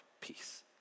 Peace